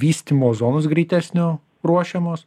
vystymo zonos greitesnio ruošiamos